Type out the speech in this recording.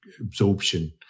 absorption